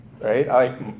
right